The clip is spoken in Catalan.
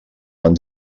van